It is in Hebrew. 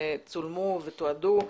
צולמו ותועדו.